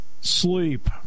sleep